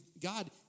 God